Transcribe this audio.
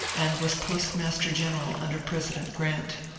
and was postmaster-general under president grant.